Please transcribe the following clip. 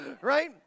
right